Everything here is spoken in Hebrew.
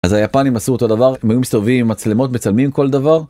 אז היפנים עשו אותו דבר, הם היו מסתובבים עם מצלמות, מצלמים כל דבר